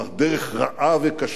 דרך רעה וקשה.